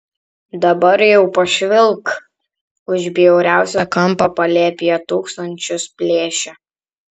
dabar jau pašvilpk už bjauriausią kampą palėpėje tūkstančius plėšia